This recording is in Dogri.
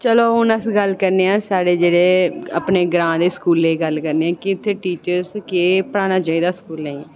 चलो हून अल गल्ल करने आं साढ़े जेह्ड़े अपने ग्रांऽ दे स्कूलें दी गल्ल करनी कि इत्थै टीचर्स केह् पढ़ाना चाहिदा स्कूलें ई